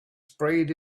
sprayed